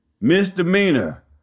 Misdemeanor